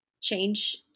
change